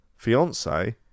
Fiance